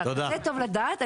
טוב לדעת,